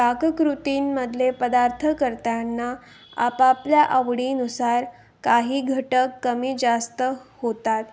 पाककृतींमधले पदार्थ करतांना आपापल्या आवडीनुसार काही घटक कमी जास्त होतात